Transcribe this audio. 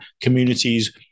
communities